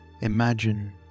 imagine